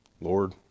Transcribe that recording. Lord